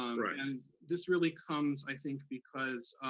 um right. and this really comes, i think, because,